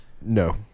no